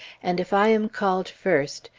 and if i am called first,